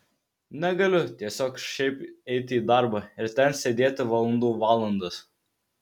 negaliu tiesiog šiaip eiti į darbą ir ten sėdėti valandų valandas